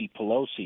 Pelosi